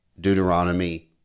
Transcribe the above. Deuteronomy